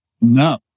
No